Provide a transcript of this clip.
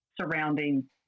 surrounding